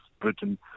Britain